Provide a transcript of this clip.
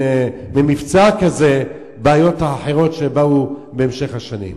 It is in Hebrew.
במבצע כזה, בעיות אחרות שבאו בהמשך השנים.